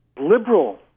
liberal